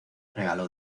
regaló